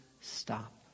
stop